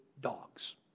dogs